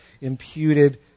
imputed